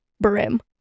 brim